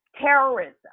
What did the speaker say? terrorism